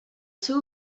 seu